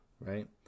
right